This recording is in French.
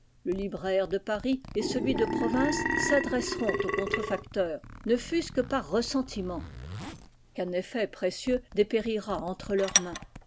le libraire de paris et celui de province s'adresseront au contrefacteur ne fût-ce que par ressentiment qu'un effet précieux dépérira entre leurs mains